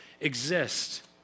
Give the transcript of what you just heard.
exist